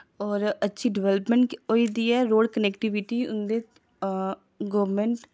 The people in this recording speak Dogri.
होर अच्छी डिवैलपमैंट होई दी ऐ रोड़ कनैक्टीविटी उं'दे गौरमैंट